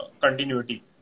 continuity